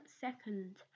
second